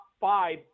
five